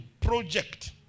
project